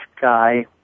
guy